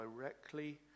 directly